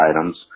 items